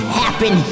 happen